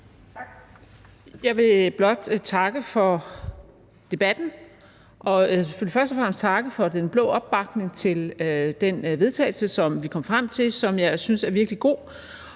Tak. Jeg vil blot takke for debatten og selvfølgelig først og fremmest takke for den blå opbakning til det forslag til vedtagelse, som vi kom frem til, og som jeg synes er virkelig godt,